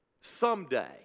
someday